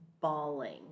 bawling